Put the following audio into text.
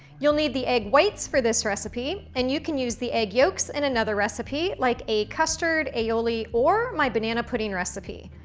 you'll need the egg whites for this recipe, and you can use the egg yolks in another recipe, like a custard aioli or my banana pudding recipe.